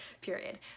period